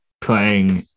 playing